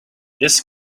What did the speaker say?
this